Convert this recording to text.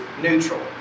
neutral